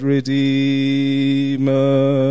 Redeemer